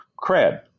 cred